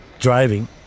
Driving